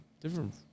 different